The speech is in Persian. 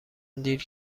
دیر